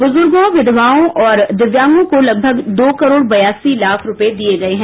बुजुर्गों विधवाओं और दिव्यांगों को लगभग दो करोड़ बयासी लाख रूपये दिये गये हैं